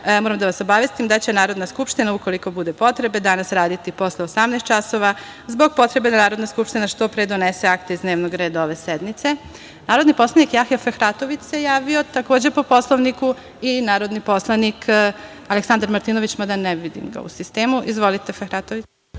moram da vas obavestim da će Narodna skupština, u koliko bude potrebe, danas raditi i posle 18 časova, zbog potrebe da Narodna skupština što pre donese akte iz dnevnog reda, ove sednice. Narodni poslanik Jahja Fehratović, se javio, takođe po Poslovniku i narodni poslanik Aleksandar Martinović, mada ne vidim ga u sistemu. Izvolite, Fehratoviću.